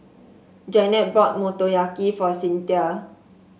Jannette bought Motoyaki for Cyntha